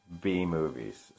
B-movies